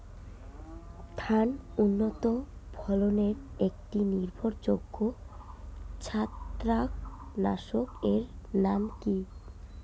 ধান উন্নত ফলনে একটি নির্ভরযোগ্য ছত্রাকনাশক এর নাম কি?